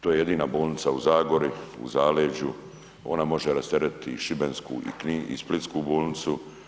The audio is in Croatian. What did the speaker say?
To je jedina bolnica u Zagori, u zaleđu, ona može rasteretiti i šibensku i splitsku bolnicu.